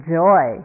joy